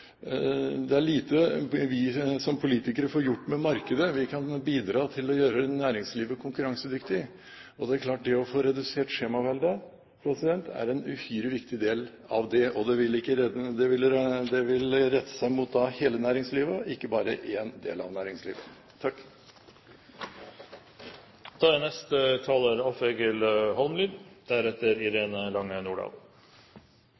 markedet. Vi kan bidra til å gjøre næringslivet konkurransedyktig, og det er klart at det å få redusert skjemaveldet er en uhyre viktig del av det. Det ville være rettet mot hele næringslivet og ikke bare en del av det. Eg vil takke interpellanten for at vi på nytt får anledning til å diskutere ei veldig viktig sak. Det er